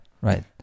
right